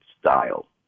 style